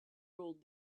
ruled